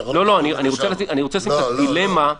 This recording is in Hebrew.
לא, אני רוצה לשים את הדילמה.